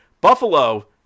Buffalo